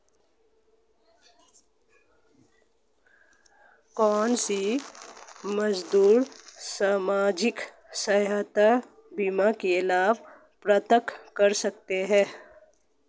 कौनसे मजदूर सामाजिक सहायता बीमा का लाभ प्राप्त कर सकते हैं?